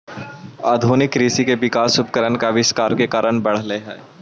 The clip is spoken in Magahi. आधुनिक कृषि के विकास उपकरण के आविष्कार के कारण बढ़ले हई